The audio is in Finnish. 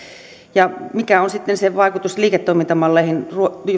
mikä on sitten vaikutus liiketoimintamalleihin